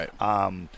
Right